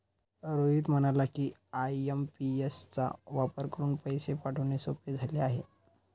रोहित म्हणाला की, आय.एम.पी.एस चा वापर करून पैसे पाठवणे सोपे झाले आहे